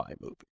movie